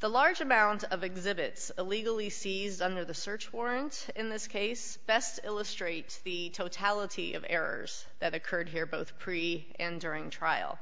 the large amounts of exhibits illegally seized under the search warrant in this case best illustrates the totality of errors that occurred here both pre and during trial